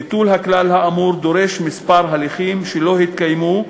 ביטול הכלל האמור דורש כמה הליכים שלא התקיימו,